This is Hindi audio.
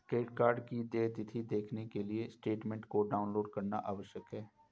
क्रेडिट कार्ड की देय तिथी देखने के लिए स्टेटमेंट को डाउनलोड करना आवश्यक है